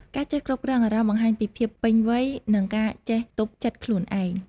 ការចេះគ្រប់គ្រងអារម្មណ៍បង្ហាញពីភាពពេញវ័យ និងការចេះទប់ចិត្តខ្លួនឯង។